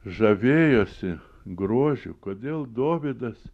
žavėjosi grožiu kodėl dovydas